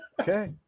Okay